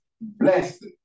Blessed